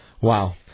Wow